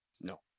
No